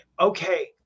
okay